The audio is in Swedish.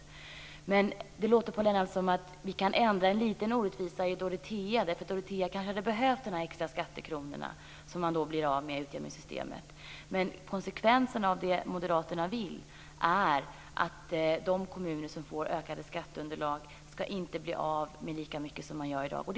På Lennart Hedquist låter det som att vi kan ändra en liten orättvisa i Dorotea därför att Dorotea kanske hade behövt de extra skattekronor som man blir av med i och med utjämningssystemet. Men konsekvenserna av det som moderaterna vill är att de kommuner som får ökat skatteunderlag inte ska bli av med lika mycket som i dag är fallet.